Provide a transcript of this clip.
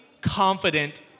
confident